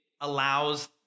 allows